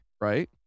right